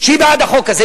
שהיא בעד החוק הזה,